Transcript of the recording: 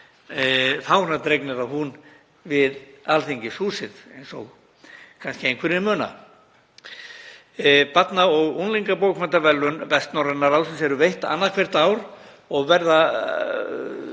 fánar dregnir að hún við Alþingishúsið, eins og kannski einhverjir muna. Barna- og unglingabókmenntaverðlaun Vestnorræna ráðsins eru veitt annað hvert ár og verða